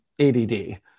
ADD